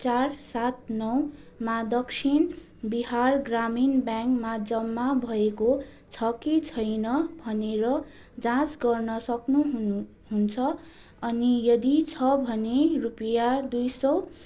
चार सात नौमा दक्षिण बिहार ग्रामीण ब्याङ्कमा जम्मा भएको छ कि छैन भनेर जाँच गर्न सक्नु हुन्छ अनि यदि छ भने रुपियाँ दुई सय